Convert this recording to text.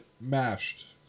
Mashed